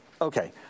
Okay